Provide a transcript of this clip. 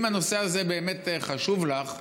אם הנושא הזה באמת חשוב לך,